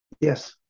Yes